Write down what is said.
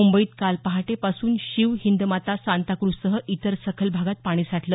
मुंबईत काल पहाटेपासून शीव हिंदमाता सांताक्र्झसह इतर सखल भागात पाणी साठलं